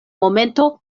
momento